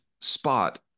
spot